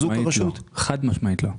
חד משמעית לא.